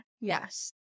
Yes